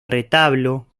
retablo